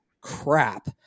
crap